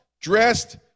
dressed